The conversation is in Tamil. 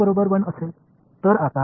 இதை 1 என்று அழைப்போம்